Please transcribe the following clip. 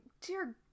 dear